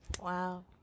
Wow